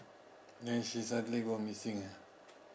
then she suddenly go missing ah